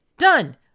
done